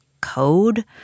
code